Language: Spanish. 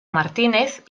martínez